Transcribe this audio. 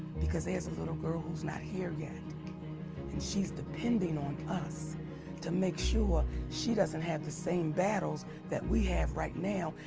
because there's a little girl who's not here yet and she's depending on us to make sure she doesn't have the same battles that we have right now,